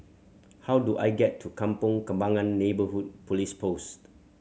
how do I get to Kampong Kembangan Neighbourhood Police Post